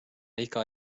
iga